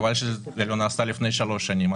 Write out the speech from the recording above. חבל שזה לא נעשה לפני שלוש שנים.